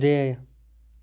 ترٛےٚ